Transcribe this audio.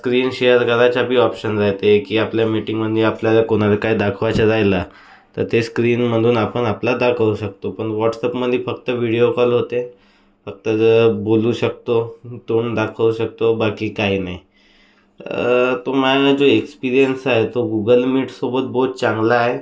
screen share करायचा बी option राहते की आपल्या मीटिंगमधे आपल्याला कोणाला काही दाखवायचा राहिला तर ते स्क्रीनमधून आपण आपला दाखवू शकतो पण व्हाट्सअपमधे फक्त व्हिडिओ कॉल होते फक्त बोलू शकतो तोंड दाखवू शकतो बाकी काही नाही तो माझा जो एक्सपीरियंस आहे तो गुगल मीटसोबत बोहोत चांगला आहे